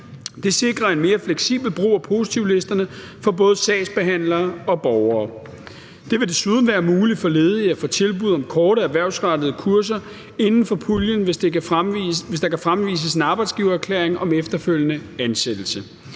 Det sikrer en mere fleksibel brug af positivlisterne for både sagsbehandlere og borgere. Det vil desuden være muligt for ledige at få tilbud om korte erhvervsrettede kurser inden for puljen, hvis der kan fremvises en arbejdsgivererklæring om efterfølgende ansættelse.